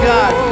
God